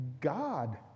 God